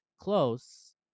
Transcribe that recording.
close